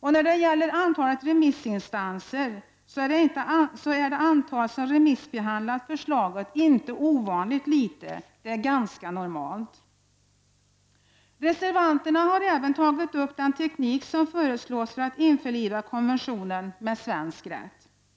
När det gäller antalet remissinstanser, så är det antal som remissbehandlat förslaget inte ovanligt litet, utan det är ganska normalt. Reservanterna har även tagit upp den teknik som föreslås för att införliva konventionen med svensk rätt.